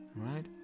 right